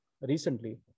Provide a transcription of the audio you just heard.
Recently